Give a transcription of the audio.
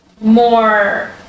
more